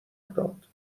داد